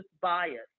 bias